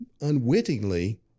unwittingly